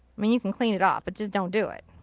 mean, you can clean it off, but just don't do it.